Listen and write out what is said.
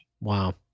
Wow